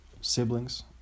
siblings